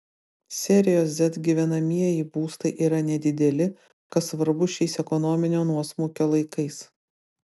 serijos z gyvenamieji būstai yra nedideli kas svarbu šiais ekonominio nuosmukio laikais